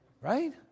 Right